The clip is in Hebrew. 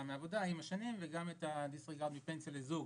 מעבודה עם השנים וגם את הדיסריגרד מפנסיה לזוג